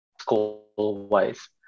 school-wise